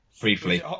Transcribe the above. briefly